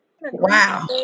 Wow